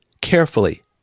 carefully